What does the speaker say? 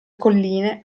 colline